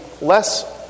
less